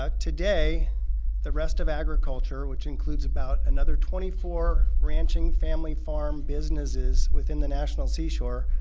ah today the rest of agriculture, which includes about another twenty four ranching family farm businesses within the national seashore,